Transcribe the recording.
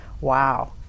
wow